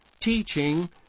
teaching